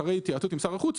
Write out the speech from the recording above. לאחר התייעצות עם שר החוץ,